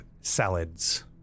salads